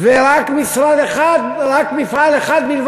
רק מפעל אחד,